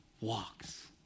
walks